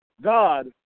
God